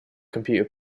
computer